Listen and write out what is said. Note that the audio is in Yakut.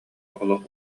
олох